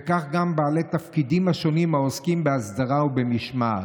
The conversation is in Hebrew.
וכך גם בעלי התפקידים השונים העוסקים בהסדרה ובמשמר,